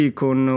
con